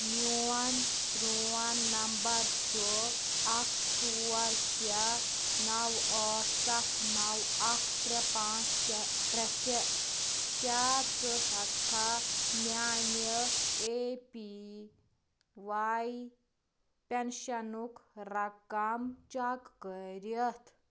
میٛون پرٛون نَمبَر چھُ اَکھ ژور شےٚ نَو ٲٹھ سَتھ نَو اَکھ ترٛےٚ پانٛژھ شےٚ ترٛےٚ شےٚ کیٛاہ ژٕ ہٮ۪کٕکھا میٛانہِ اےٚ پی واے پٮ۪نشَنُک رَقَم چیک کٔرِتھ